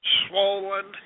swollen